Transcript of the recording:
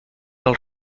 del